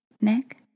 neck